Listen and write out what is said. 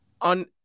On